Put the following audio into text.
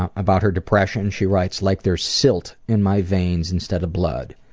ah about her depression she writes like there's silt in my veins instead of blood.